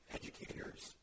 educators